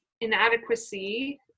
inadequacy